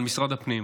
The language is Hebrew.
על משרד הפנים,